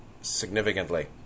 significantly